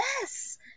yes